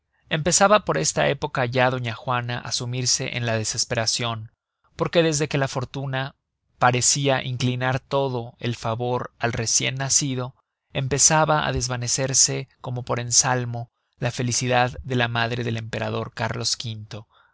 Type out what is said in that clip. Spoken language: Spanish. empezaba por esta época ya doña juana á sumirse en la desesperacion porque desde que la fortuna parecia inclinar todo el favor al recien nacido empezaba á desvanecerse como por ensalmo la felicidad de la madre del emperador cárlos